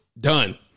Done